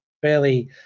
fairly